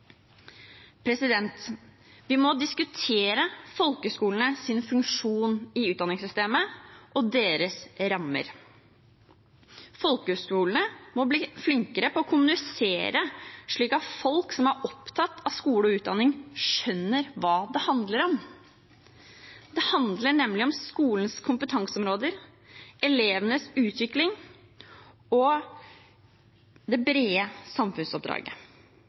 Vi må diskutere folkehøgskolenes funksjon i utdanningssystemet og deres rammer. Folkehøgskolene må bli flinkere til å kommunisere, slik at folk som er opptatt av skole og utdanning, skjønner hva det handler om. Det handler nemlig om skolens kompetanseområder, elevenes utvikling og det brede samfunnsoppdraget.